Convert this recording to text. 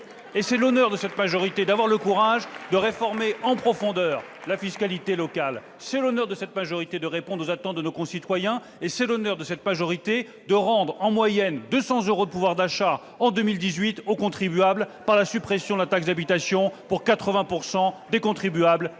! C'est l'honneur de cette majorité que d'avoir le courage de réformer en profondeur la fiscalité locale. C'est l'honneur de cette majorité que de répondre aux attentes de nos concitoyens. C'est l'honneur de cette majorité que de rendre en moyenne 200 euros de pouvoir d'achat en 2018 à 80 % des contribuables, les plus modestes, par la suppression de la taxe d'habitation. Vous la supprimez